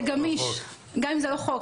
זה גמיש, גם אם זה לא חוק.